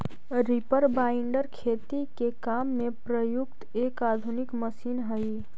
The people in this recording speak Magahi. रीपर बाइन्डर खेती के काम में प्रयुक्त एक आधुनिक मशीन हई